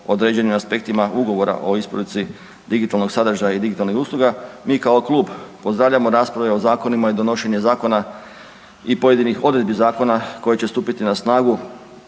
određenim aspektima ugovora o isporuci digitalnog sadržaja i digitalnih usluga, mi kao klub pozdravljamo rasprave o zakonima i donošenje zakona i pojedinih odredbi zakona koje će stupiti na snagu